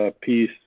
piece